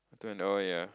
two and a oh ya